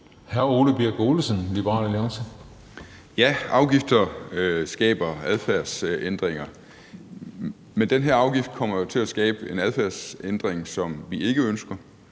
Ole Birk Olesen (LA): Ja, afgifter skaber adfærdsændringer. Men den her afgift kommer jo til at skabe en adfærdsændring, som vi ikke ønsker,